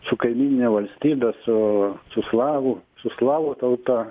su kaimynine valstybe su su slavų su slavų tauta